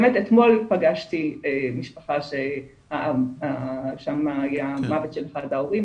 באמת אתמול פגשתי משפחה שהיה שם מוות של אחד ההורים,